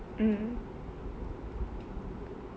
mm